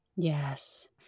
Yes